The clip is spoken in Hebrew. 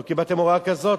לא קיבלתם הוראה כזאת?